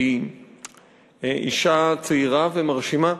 אישה צעירה ומרשימה.